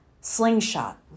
slingshot